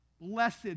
Blessed